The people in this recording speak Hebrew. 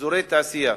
אזורי תעשייה,